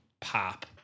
pop